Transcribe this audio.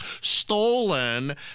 stolen